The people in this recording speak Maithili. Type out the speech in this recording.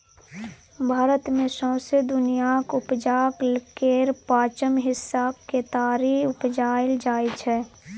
भारत मे सौंसे दुनियाँक उपजाक केर पाँचम हिस्साक केतारी उपजाएल जाइ छै